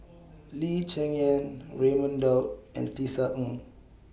Lee Cheng Yan Raman Daud and Tisa Ng